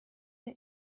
der